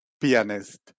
pianist